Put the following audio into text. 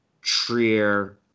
Trier